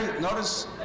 Notice